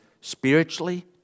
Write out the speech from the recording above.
spiritually